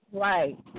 Right